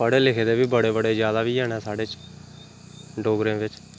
पढ़े लिखे दे बी बड़े बड़े ज्यादा बी हैन साढ़े च डोगरें बिच्च